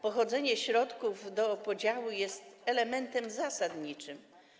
Pochodzenie środków do podziału jest elementem zasadniczym.